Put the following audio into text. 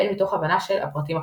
והן מתוך הבנה של "הפרטים הקטנים".